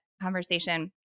Conversation